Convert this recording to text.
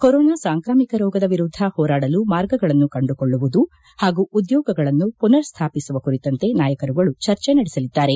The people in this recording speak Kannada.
ಕೊರೊನಾ ಸಾಂಕಾಮಿಕ ರೋಗದ ವಿರುದ್ದ ಹೋರಾಡಲು ಮಾರ್ಗಗಳನ್ನು ಕಂಡುಕೊಳ್ಳುವುದು ಹಾಗೂ ಉದ್ಗೋಗಗಳನ್ನು ಮನರ್ ಸ್ಲಾಪಿಸುವ ಕುರಿತಂತೆ ನಾಯಕರುಗಳು ಚರ್ಚೆ ನಡೆಸಲಿದ್ದಾರೆ